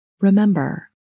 Remember